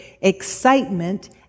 excitement